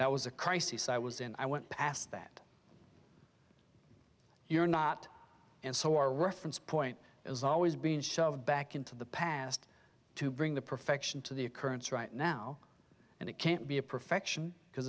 that was a crisis i was in i went past that you're not and so are reference point is always been shoved back into the past to bring the perfection to the occurrence right now and it can't be a perfection because